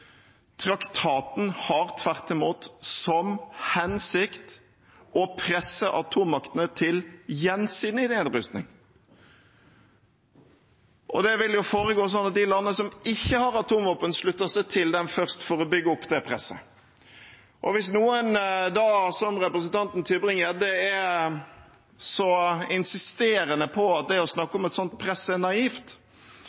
Traktaten har tvert imot til hensikt å presse atommaktene til gjensidig nedrustning. Det vil foregå slik at de landene som ikke har atomvåpen, slutter seg til den først for å bygge opp det presset. Hvis noen, som representanten Tybring-Gjedde, er så insisterende på at det å snakke